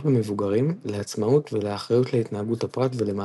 במבוגרים לעצמאות ולאחריות להתנהגות הפרט ולמעשיו.